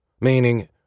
meaning